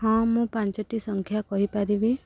ହଁ ମୁଁ ପାଞ୍ଚଟି ସଂଖ୍ୟା କହିପାରିବି